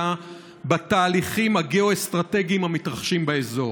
בתהליכים הגיאו-אסטרטגיים המתרחשים באזור,